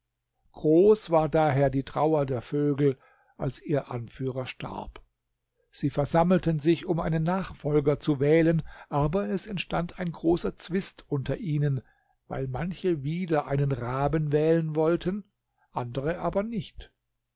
groß war daher die trauer der vögel als ihr anführer starb sie versammelten sich um einen nachfolger zu wählen aber es entstand ein großer zwist unter ihnen weil manche wieder einen raben wählen wollten andere aber nicht